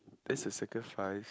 this is circle five